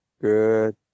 Good